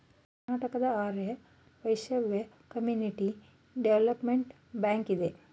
Karnataka Arya Vaishya community development bank ಇದೆ